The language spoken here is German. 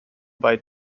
bei